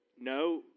No